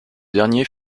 dernier